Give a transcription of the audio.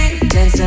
Dancing